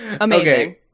Amazing